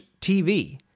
tv